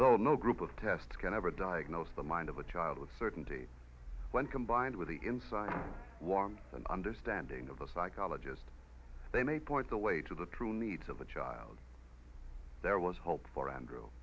though no group of tests can ever diagnose the mind of a child with certainty when combined with the insight warmth and understanding of the psychologist they may point the way to the true needs of the child there was hope for andrew